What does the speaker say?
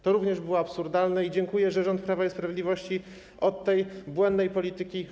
To również było absurdalne i dziękuję, że rząd Prawa i Sprawiedliwości odstąpił od tej błędnej polityki.